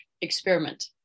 experiment